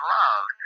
love